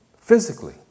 physically